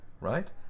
right